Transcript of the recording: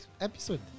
episode